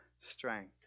strength